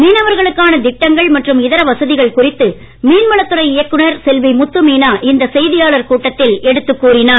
மீனவர்களுக்கான திட்டங்கள் மற்றும் இதர வசதிகள் குறித்து மீன்வளத் துறை இயக்குனர் செல்வி முத்து மீனா இந்த செய்தியாளர் கூட்டத்தில் எடுத்துக் கூறினார்